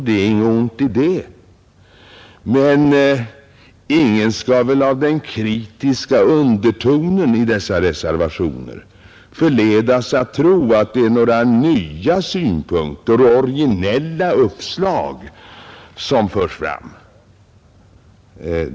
Det är inget ont i det. Ingen skall emellertid av den kritiska undertonen i dessa reservationer förledas att tro att det är några nya synpunkter och originella uppslag som förs fram.